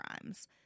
crimes